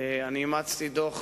אימצתי דוח